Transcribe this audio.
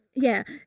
yeah.